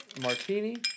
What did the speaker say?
martini